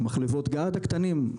מחלבות גד הקטנים?